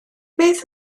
beth